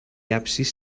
absis